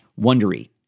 Wondery